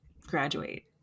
graduate